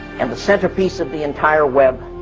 and the centerpiece of the entire web,